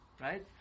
right